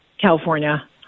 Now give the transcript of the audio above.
California